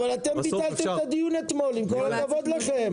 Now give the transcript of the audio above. אבל אתם ביטלתם את הדיון אתמול, עם כל הכבוד לכם.